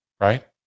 right